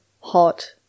hot